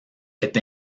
est